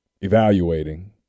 evaluating